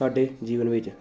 ਸਾਡੇ ਜੀਵਨ ਵਿੱਚ